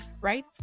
right